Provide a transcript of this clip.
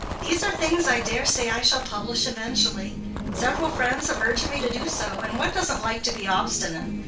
these are things i dare say i shall publish eventually several friends have urged me to do so, and one doesn't like to be obstinate.